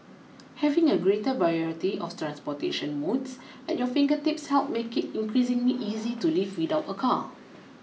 having a greater variety of transportation modes at your fingertips helps make it increasingly easy to live without a car